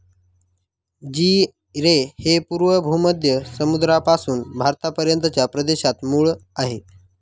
जीरे हे पूर्व भूमध्य समुद्रापासून भारतापर्यंतच्या प्रदेशात मूळ आहे